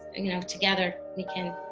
you know together we can